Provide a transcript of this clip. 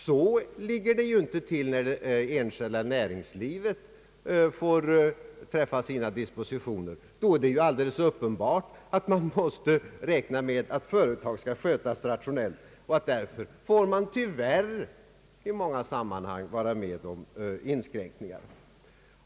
Så ligger det ju inte till när det enskilda näringslivet får träffa sina dispositioner, ty då är det alldeles uppenbart att det är nödvändigt att räkna med att företag skall skötas rationellt. Därför får man tyvärr i många sammanhang vara med om inskränkningar.